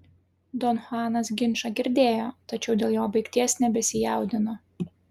don chuanas ginčą girdėjo tačiau dėl jo baigties nebesijaudino